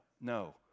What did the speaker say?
no